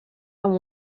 amb